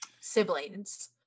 siblings